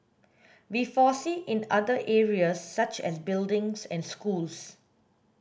we foresee in other areas such as buildings and schools